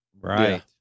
Right